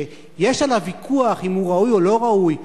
שיש עליו ויכוח אם הוא ראוי או לא ראוי,